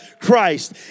Christ